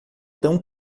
tão